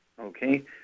Okay